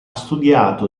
studiato